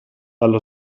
allo